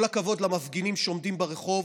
כל הכבוד למפגינים שעומדים ברחוב.